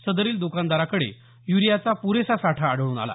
सदरील दुकानदाराकडे युरियाचा पुरेसा साठा आढळून आला